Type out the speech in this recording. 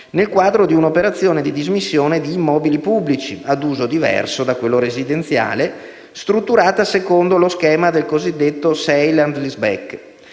nel quadro di un'operazione di dismissione di immobili pubblici (ad uso diverso da quello residenziale) strutturata secondo lo schema del cosiddetto *sale and lease back*.